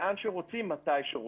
לאן שרוצים, מתי שרוצים.